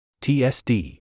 TSD